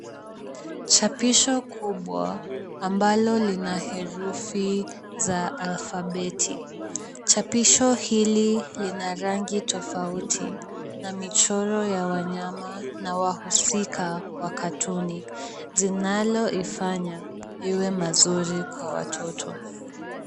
Chapisho kubwa ambalo lina herufi za alfabeti. Chapisho hili lina rangi tofauti na michoro ya wanyama na wahusika wa katuni, zinaloifanya iwe mazuri kwa watoto.